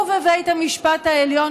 ובבית המשפט העליון,